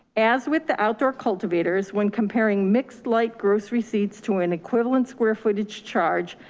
as with the outdoor cultivators, when comparing mixed light gross receipts to an equivalent square footage charge,